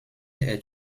est